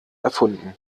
erfunden